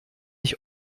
ich